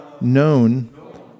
known